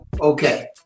Okay